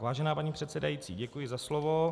Vážená paní předsedající, děkuji za slovo.